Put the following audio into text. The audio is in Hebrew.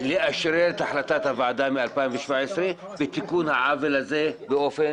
או להשאיר את ההחלטה של ועדת הפנים על כנה?